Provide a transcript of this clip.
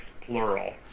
plural